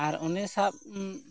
ᱟᱨ ᱩᱱᱤ ᱥᱟᱵᱽ